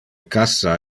cassa